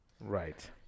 Right